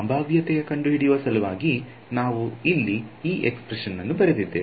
ಸಂಭಾವ್ಯತೆಯನ್ನು ಕಂಡುಹಿಡಿಯುವ ಸಲುವಾಗಿ ನಾವು ಇಲ್ಲಿ ಈ ಎಕ್ಸ್ಪ್ರೆಶನ್ ಅನ್ನು ಬರೆದಿದ್ದೇವೆ